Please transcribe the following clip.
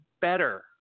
better